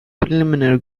preliminary